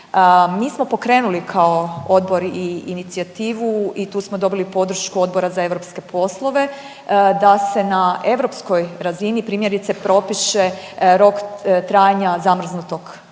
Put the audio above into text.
Mi smo pokrenuli kao odbor i inicijativu i tu smo dobili podršku Odbora za europske poslove da se na europskoj razini, primjerice, propiše rok trajanja zamrznutog mesa